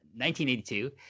1982